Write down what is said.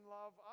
love